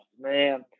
man